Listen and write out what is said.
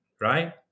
Right